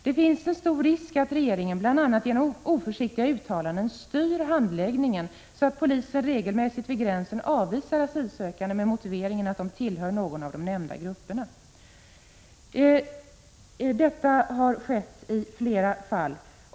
Det finns en stor risk att regeringen, bl.a. genom oförsiktiga uttalanden, styr handläggningen, så att poliser regelmässigt vid gränsen avvisar asylsökande med motiveringen att de tillhör någon av de nämnda grupperna. Detta har skett i flera fall.